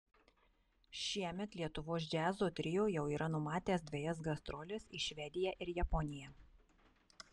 šįmet lietuvos džiazo trio jau yra numatęs dvejas gastroles į švediją ir japoniją